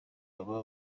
baba